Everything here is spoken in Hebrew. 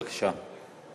בבקשה.